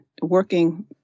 working